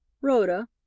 Rhoda